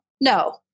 no